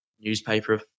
newspaper